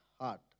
heart